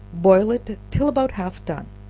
boil it till about half done,